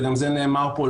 וגם זה נאמר פה,